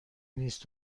نیست